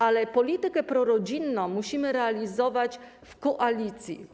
Ale politykę prorodzinną musimy realizować w koalicji.